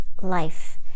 life